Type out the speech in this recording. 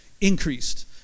increased